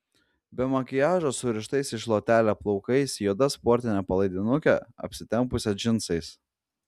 be makiažo surištais į šluotelę plaukais juoda sportine palaidinuke apsitempusią džinsais